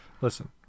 Listen